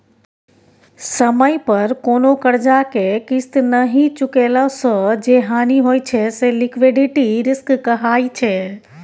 समय पर कोनो करजा केँ किस्त नहि चुकेला सँ जे हानि होइ छै से लिक्विडिटी रिस्क कहाइ छै